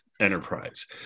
Enterprise